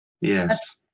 Yes